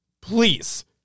Please